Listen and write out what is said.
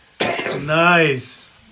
Nice